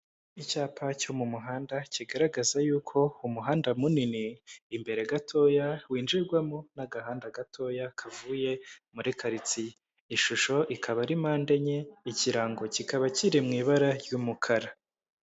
Icyapa cyo mu muhanda kigaragaza yuko umuhanda munini imbere gatoya winjirwamo n'agahanda gatoya kavuye muri karitsiye. Ishusho ikaba ari mpande enye ikirango kikaba kiri mu ibara ry'umukara.